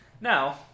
Now